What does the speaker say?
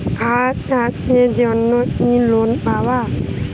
হাঁস চাষের জন্য কি লোন পাব?